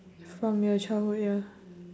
from your childhood ya